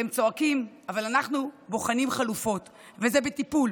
אתם צועקים, אבל אנחנו בוחנים חלופות, וזה בטיפול.